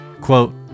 Quote